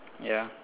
ya